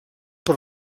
per